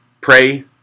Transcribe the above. pray